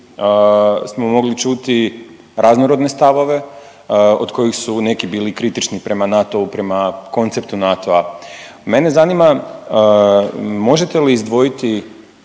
smo mogli čuti raznorodne stavove od kojih su neki bili kritični prema NATO-u, prema konceptu NATO-a. Mene zanima možete li izdvojiti